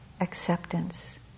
acceptance